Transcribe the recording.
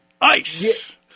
ice